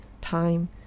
time